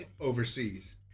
overseas